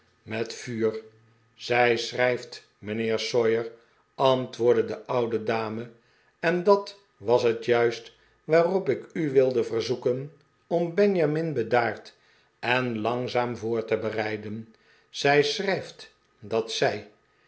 met vuur zij schrijft mijnheer sawyer antwoordde de oude dame en dat was het juist waarop ik u wilde verzoeken om benjamin bedaard en langzaam voor te bereiden zij schrijft dat zij